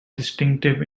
distinctive